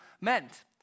meant